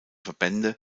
verbände